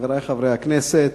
חברי חברי הכנסת,